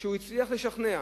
שהוא הצליח לשכנע?